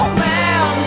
man